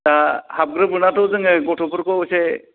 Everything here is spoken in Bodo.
दा हाबग्रो मोनाथ' जोङो गथ'फोरखौ एसे